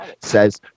says